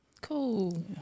Cool